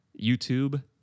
YouTube